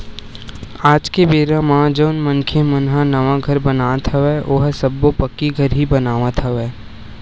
आज के बेरा म जउन मनखे मन ह नवा घर बनावत हवय ओहा सब्बो पक्की घर ही बनावत हवय